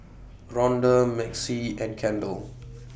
Rhonda Maxie and Kendall